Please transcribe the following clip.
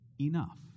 enough